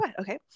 Okay